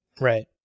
Right